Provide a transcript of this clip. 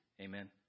Amen